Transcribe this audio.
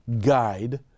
guide